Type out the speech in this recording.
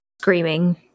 screaming